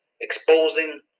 exposing